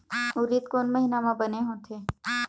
उरीद कोन महीना म बने होथे?